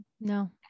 No